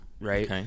right